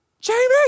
Jamie